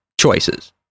choices